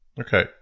Okay